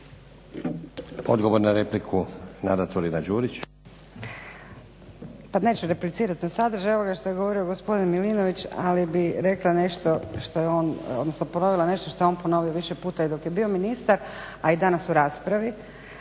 **Turina-Đurić, Nada (HNS)** Pa neću replicirati na sadržaj ovoga što je govorio gospodin Milinović ali bih rekla nešto odnosno ponovila nešto što je on ponovio više puta i dok je bio ministar a i danas u raspravi,